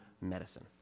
medicine